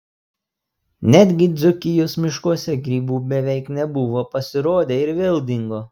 netgi dzūkijos miškuose grybų beveik nebuvo pasirodė ir vėl dingo